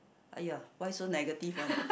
!aiya! why so negative one